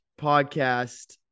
podcast